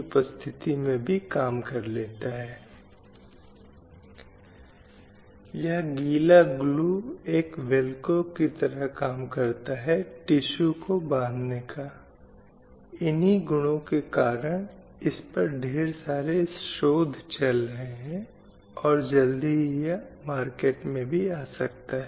स्वास्थ्य के लिहाज से अगर कोई शिशु मृत्यु दर को देखता है तो यह महिलाओं के लिए 39 और पुरुषों के लिए 42 और मातृ मृत्यु दर 2010 और 2012 में 178 है